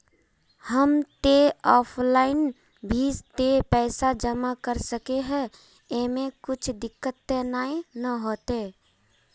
हम ते ऑफलाइन भी ते पैसा जमा कर सके है ऐमे कुछ दिक्कत ते नय न होते?